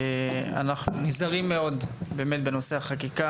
אנחנו נזהרים מאוד באמת בנושאי החקיקה